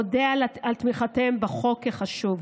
אודה על תמיכתם בחוק החשוב.